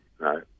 No